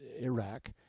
Iraq